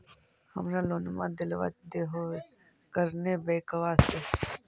हमरा लोनवा देलवा देहो करने बैंकवा से?